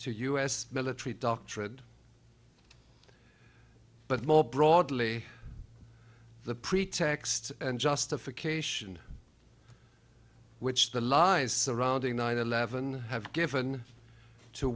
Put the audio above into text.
to u s military doctrine but more broadly the pretext and justification which the allies surrounding nine eleven have given t